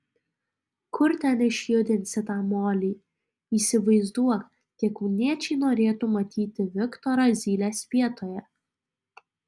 kur ten išjudinsi tą molį įsivaizduok tie kauniečiai norėtų matyti viktorą zylės vietoje